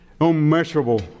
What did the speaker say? unmeasurable